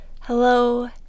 Hello